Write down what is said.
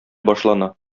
башлана